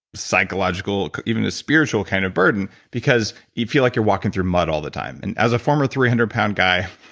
psychological, even a spiritual kind of burden because you feel like you're walking through mud all the time and as a former three hundred pound guy,